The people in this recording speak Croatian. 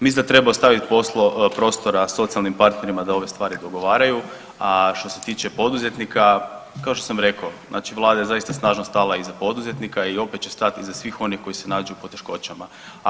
Mislim da treba ostaviti prostora socijalnim partnerima da ove stari dogovaraju, a što se tiče poduzetnika, kao što sam rekao, znači Vlada je zaista snažno stala iza poduzetnika i opet će stati iza svih onih koji se nađu u poteškoćama.